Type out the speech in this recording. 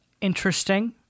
interesting